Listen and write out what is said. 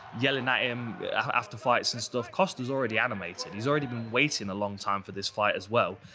yelling at him after fights. and sort of costa's already animated. he's already been waiting a long time for this fight as well.